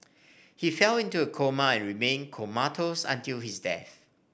he fell into a coma and remained comatose until his death